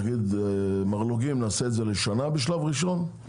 נעשה את זה לשנה בשלב ראשון.